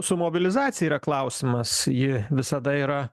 su mobilizacija yra klausimas ji visada yra